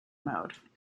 mode